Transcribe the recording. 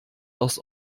aus